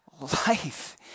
life